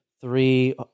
three